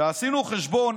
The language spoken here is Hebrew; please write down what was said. כשעשינו חשבון,